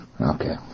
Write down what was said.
Okay